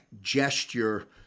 gesture